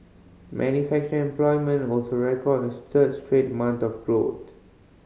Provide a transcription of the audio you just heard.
manufacturing employment also recorded its third straight month of growth